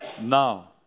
now